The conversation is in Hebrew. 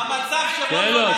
המצב, תן לו.